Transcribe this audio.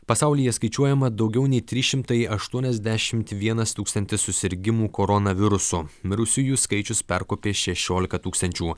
pasaulyje skaičiuojama daugiau nei trys šimtai aštuoniasdešimt vienas tūkstantis susirgimų koronavirusu mirusiųjų skaičius perkopė šešiolika tūkstančių